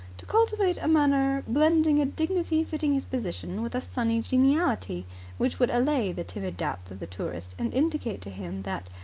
to cultivate a manner blending a dignity fitting his position with a sunny geniality which would allay the timid doubts of the tourist and indicate to him that,